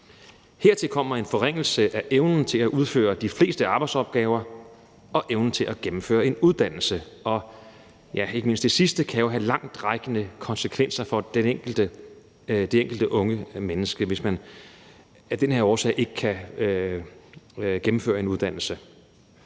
Hertil kommer en forringelse af evnen til at udføre de fleste arbejdsopgaver og evnen til at gennemføre en uddannelse, hvor ikke mindst det sidste kan have langtrækkende konsekvenser for det enkelte unge menneske, nemlig hvis man af den her årsag ikke kan gennemføre en uddannelse.